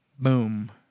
Boom